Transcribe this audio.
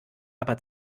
aber